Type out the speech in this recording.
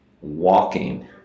walking